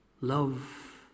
love